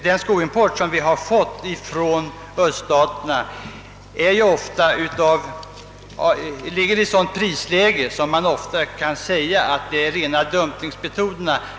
Den skoimport som förekommit från öststaterna har legat i ett sådant prisläge, att man ofta kunnat tala om rena dumpingmetoderna.